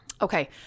Okay